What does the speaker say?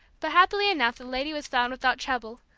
but happily enough the lady was found without trouble,